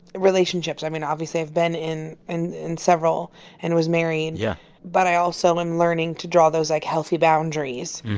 relationships i mean, obviously, i've been in and in several and was married, yeah but i also am learning to draw those, like, healthy boundaries.